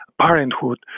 parenthood